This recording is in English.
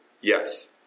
yes